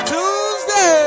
Tuesday